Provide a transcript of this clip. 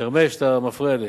חרמש, אתה מפריע לי.